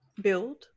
build